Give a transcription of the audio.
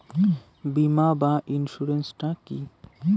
বিমা বা ইন্সুরেন্স টা কি?